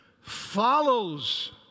follows